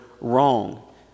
wrong